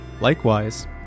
Likewise